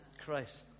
Christ